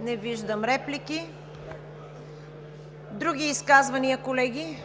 Не виждам. Други изказвания, колеги?